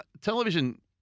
television